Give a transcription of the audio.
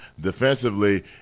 Defensively